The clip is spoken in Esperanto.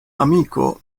amiko